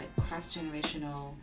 cross-generational